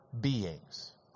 beings